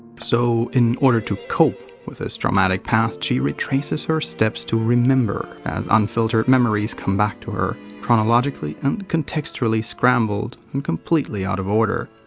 so in order to cope with this traumatic past, she retraces her steps to remember, as unfiltered memories come back to her chronologically and contextually scrambled and completely out of order,